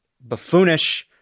buffoonish